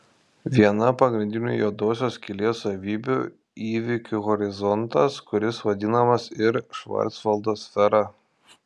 viena pagrindinių juodosios skylės savybių įvykių horizontas kuris vadinamas ir švarcvaldo sfera